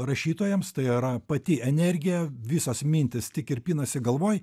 rašytojams tai yra pati energija visos mintys tik ir pinasi galvoj